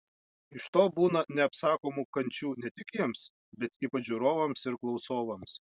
iš to būna neapsakomų kančių ne tik jiems bet ypač žiūrovams ir klausovams